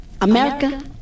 America